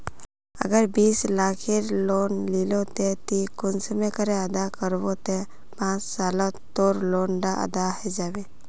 अगर बीस लाखेर लोन लिलो ते ती कुंसम करे अदा करबो ते पाँच सालोत तोर लोन डा अदा है जाबे?